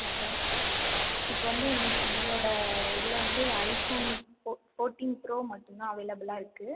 okay sir இப்போ வந்து எங்களோட இதில் வந்து ஐ ஃபோன் ஃபோர்டின் ப்ரோ மட்டும் தான் அவைலபுலாக இருக்கு